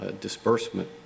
disbursement